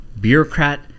bureaucrat